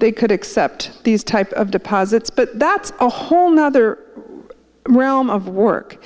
they could accept these type of deposits but that's a whole nother realm of work